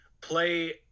play